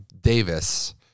Davis